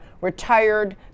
retired